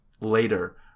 later